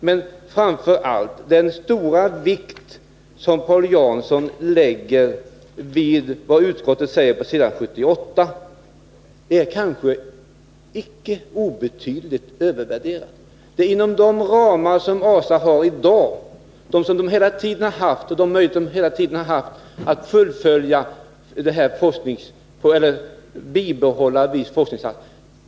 Men framför allt innebär den stora vikt som Paul Jansson lägger vid vad utskottet anför på s. 78 en kanske icke obetydlig övervärdering. ASA har hela tiden haft och har fortfarande möjlighet att inom ramen för anvisade lånemedel bibehålla viss forskningsinsats.